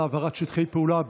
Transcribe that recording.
על העברת שטחי פעולה.